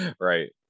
Right